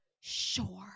sure